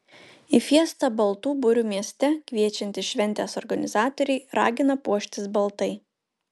į fiestą baltų burių mieste kviečiantys šventės organizatoriai ragina puoštis baltai